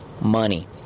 money